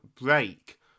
break